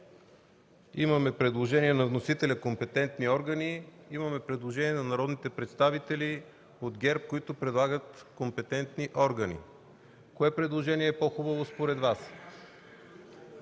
Имаме предложение на вносителя „Компетентни органи“, имаме предложение на народни представители от ГЕРБ, които предлагат „Компетентни органи“. Кое предложение е по-хубаво според Вас?